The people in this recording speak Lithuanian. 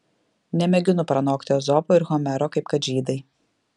nemėginu pranokti ezopo ir homero kaip kad žydai